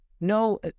no